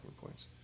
points